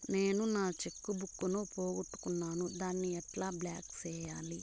నేను నా cheque book ను పోగొట్టుకున్నాను దాన్ని ఎట్లా బ్లాక్ సేయాలి?